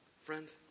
Friend